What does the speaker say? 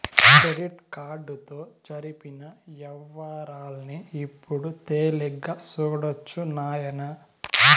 credit కార్డుతో జరిపిన యవ్వారాల్ని ఇప్పుడు తేలిగ్గా సూడొచ్చు నాయనా